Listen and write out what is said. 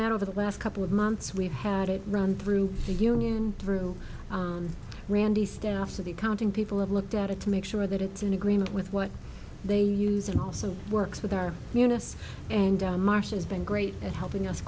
that over the last couple of months we've had it run through the union and through randy staffs of the accounting people have looked at it to make sure that it's in agreement with what they use and also works with our eunice and marcia has been great at helping us